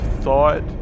thought